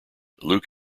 luke